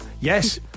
Yes